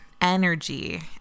energy